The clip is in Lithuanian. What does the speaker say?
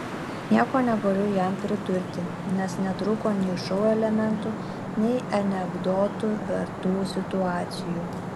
nieko negaliu jam pridurti nes netrūko nei šou elementų nei anekdotų vertų situacijų